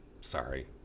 Sorry